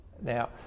Now